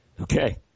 okay